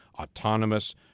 autonomous